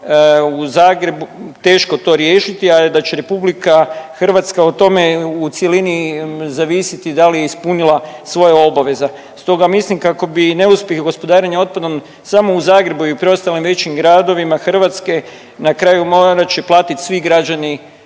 u Zagrebu teško to riješiti, a da će RH o tome u cjelini zavisiti da li je ispunila svoje obaveze. Stoga mislim kako bi neuspjeh gospodarenja otpadom samo u Zagrebu i preostalim većim gradovima Hrvatske na kraju morat će platiti svi građani